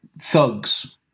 thugs